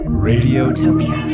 radiotopia